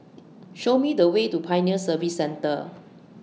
Show Me The Way to Pioneer Service Centre